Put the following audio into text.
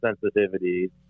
sensitivity